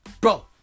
Bro